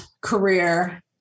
career